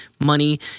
money